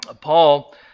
Paul